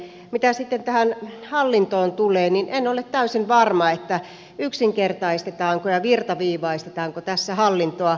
mitä sitten tähän hallintoon tulee niin en ole täysin varma yksinkertaistetaanko ja virtaviivaistetaanko tässä hallintoa